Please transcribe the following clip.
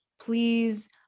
please